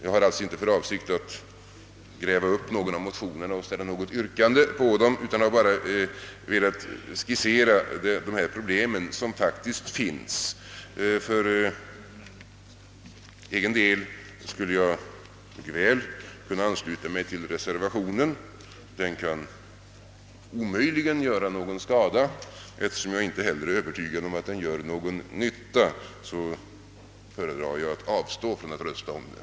Jag har alltså inte för avsikt att gräva upp motionerna och ställa yrkande om bifall till någon av dem, utan jag har bara velat skissera de problem som finns. För egen del skulle jag mycket väl kunna ansluta mig till reservationen — den kan omöjligen göra någon skada, Men eftersom jag inte heller är övertygad om att den gör någon nytta, föredrar jag att avstå från att rösta om den.